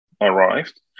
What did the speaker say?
arrived